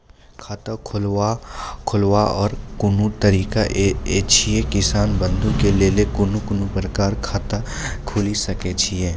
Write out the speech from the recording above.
खाता खोलवाक आर कूनू तरीका ऐछि, किसान बंधु के लेल कून कून प्रकारक खाता खूलि सकैत ऐछि?